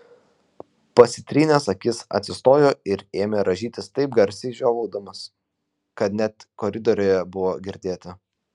pasitrynęs akis atsistojo ir ėmė rąžytis taip garsiai žiovaudamas kad net koridoriuje buvo girdėti